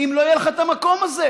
אם לא יהיה לך את המקום הזה,